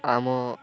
ଆମ